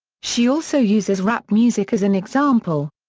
she also uses rap music as an example.